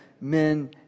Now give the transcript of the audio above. men